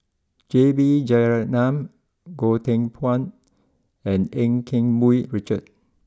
J B Jeyaretnam Goh Teck Phuan and Eu Keng Mun Richard